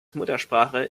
muttersprache